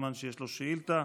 בזמן שיש לו שאילתה,